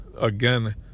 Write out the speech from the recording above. again